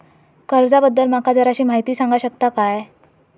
कर्जा बद्दल माका जराशी माहिती सांगा शकता काय?